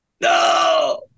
No